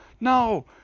no